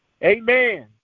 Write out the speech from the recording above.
Amen